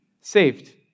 saved